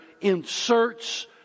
inserts